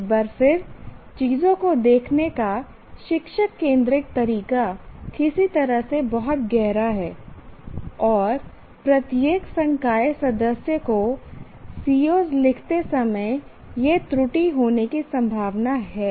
एक बार फिर चीजों को देखने का शिक्षक केंद्रित तरीका किसी तरह से बहुत गहरा है और प्रत्येक संकाय सदस्य को COs लिखते समय यह त्रुटि होने की संभावना है